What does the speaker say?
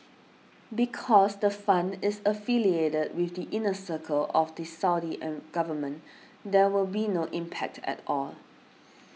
because the fund is affiliated with the inner circle of the Saudi government there will be no impact at all